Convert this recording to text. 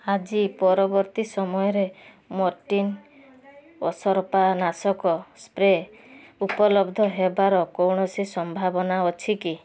ଆଜି ପରବର୍ତ୍ତୀ ସମୟରେ ମୋର୍ଟିନ ଅସରପା ନାଶକ ସ୍ପ୍ରେ ଉପଲବ୍ଧ ହେବାର କୌଣସି ସମ୍ଭାବନା ଅଛି କି